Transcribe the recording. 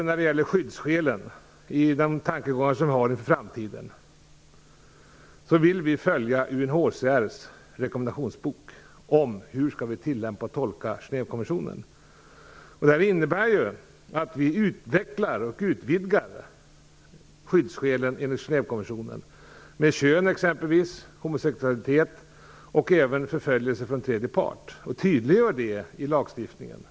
När det gäller skyddsskälen i framtiden, vill vi följa UNHCR:s rekommendationsbok om hur Genèvekonventionen skall tillämpas och tolkas. Det innebär att vi utvecklar och utvidgar skyddsskälen i enlighet med Genèvekonventionen med exempelvis kön, homosexualitet och förföljelse från tredje part, och att vi tydliggör detta i lagstiftningen.